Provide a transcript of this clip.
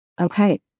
Okay